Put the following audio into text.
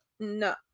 No